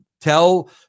tell